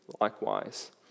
likewise